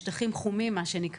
מגזרים ולכן חשוב לנהל את הדיון הזה